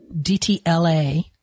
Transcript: DTLA